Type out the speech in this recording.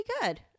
good